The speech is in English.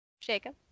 Jacob